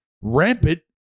rampant